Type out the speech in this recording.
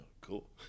cool